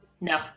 No